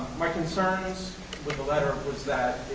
my concerns with the letter was that,